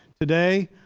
today,